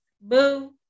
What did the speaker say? Boo